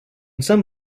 some